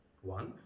One